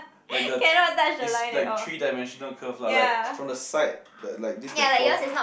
like the is like three dimensional curve lah like from the side that like this the flow